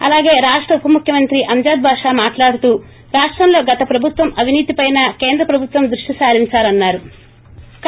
అలాగే రాష్ట ఉప ముఖ్యమంత్రి అంజాద్ బాషా మాట్లాడుతూ రాష్టంలో గత ప్రభుత్వ అవినీతిపైన కేంద్ర ప్రభుత్వం దృష్టి సారించాలన్నారు